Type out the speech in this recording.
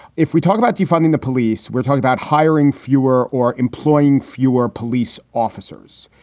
if we talk about defunding the police, we're talking about hiring fewer or employing fewer police officers.